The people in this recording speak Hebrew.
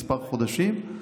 כמה חודשים.